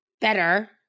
better